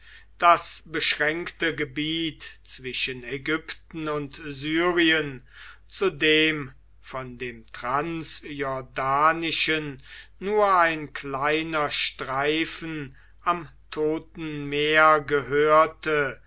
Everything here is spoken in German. das beschränkte gebiet zwischen ägypten und syrien zu dem von dem transjordanischen nur ein kleiner streifen am toten meer gehörte